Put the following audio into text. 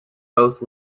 both